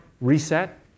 reset